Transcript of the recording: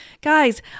guys